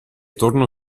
torno